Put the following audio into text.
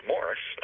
Morris